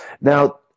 now